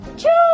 two